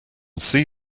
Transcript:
see